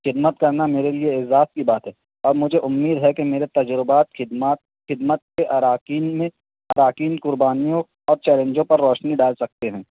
خدمت کرنا میرے لئے اعزاز کی بات ہے اور مجھے امید ہے کہ میرے تجربات خدمات خدمت کے اراکین میں اراکین قربانیوں اور چیلنجوں پر روشنی ڈال سکتے ہیں